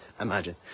imagine